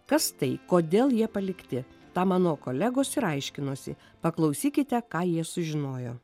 kas tai kodėl jie palikti tą mano kolegos ir aiškinosi paklausykite ką jie sužinojo